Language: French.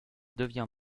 devient